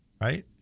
right